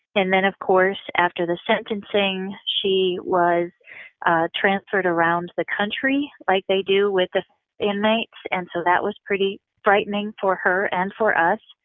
and then of course after the sentencing she was ah transferred around the country, like they do with inmates. and so that was pretty frightening for her and for us.